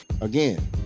again